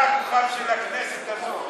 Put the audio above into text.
אתה הדוכן של הכנסת הזאת.